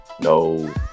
No